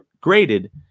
graded